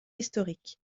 historique